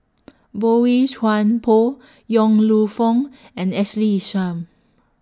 Boey Chuan Poh Yong Lew Foong and Ashley Isham